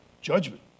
Judgment